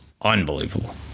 unbelievable